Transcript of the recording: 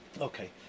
Okay